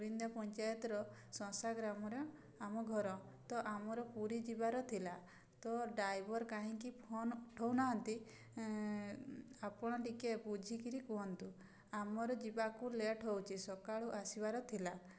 ପୁରୀନ୍ଦା ପଞ୍ଚାୟତର ସଂସାଗ୍ରାମରେ ଆମ ଘର ତ ଆମର ପୁରୀ ଯିବାର ଥିଲା ତ ଡ୍ରାଇଭର କାହିଁକି ଫୋନ ଉଠଉ ନାହାଁନ୍ତି ଆପଣ ଟିକେ ବୁଝିକିରି କୁହନ୍ତୁ ଆମର ଯିବାକୁ ଲେଟ ହଉଛି ସକାଳୁ ଆସିବାର ଥିଲା